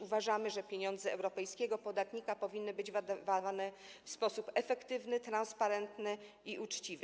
Uważamy, że pieniądze europejskiego podatnika powinny być wydawane w sposób efektywny, transparentny i uczciwy.